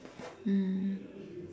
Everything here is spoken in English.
mm